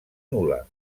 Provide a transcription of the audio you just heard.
nul·la